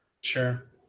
Sure